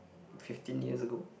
fifteen years ago